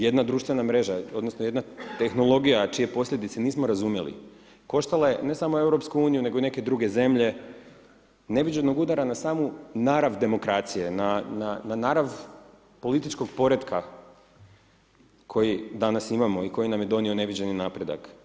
Jedna društvena mreža odnosno jedna tehnologija čije posljedice nismo razumjeli, koštala je, ne samo EU, nego i neke druge zemlje neviđenog udara na samu narav demokracije, na narav političkog poretka koji danas imamo i koji nam je donio neviđeni napredak.